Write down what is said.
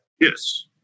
Yes